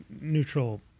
neutral